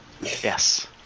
yes